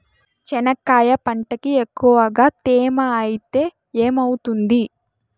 చెనక్కాయ పంటకి ఎక్కువగా తేమ ఐతే ఏమవుతుంది?